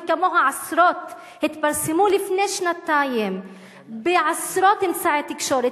וכמוה עשרות התפרסמו לפני שנתיים בעשרות אמצעי תקשורת,